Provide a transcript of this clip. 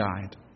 died